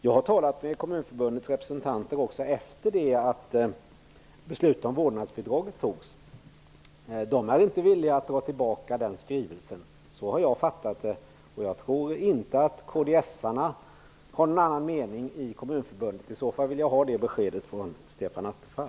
Jag har talat med Kommunförbundets representanter också efter det att beslutet om vårdnadbidraget fattades. De är enligt vad jag har förstått inte villiga att dra tillbaka sin skrivelse. Jag tror inte att kds:arna i Kommunförbundet har någon annan mening -- i så fall vill jag ha besked om det från Stefan Attefall.